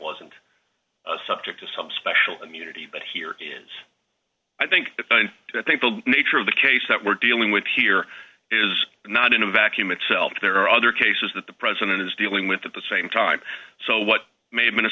wasn't subject to some special immunity but here is i think i think the nature of the case that we're dealing with here is not in a vacuum itself there are other cases that the president is dealing with at the same time so what may have been a